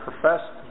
professed